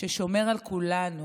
ששומר על כולנו,